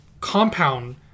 compound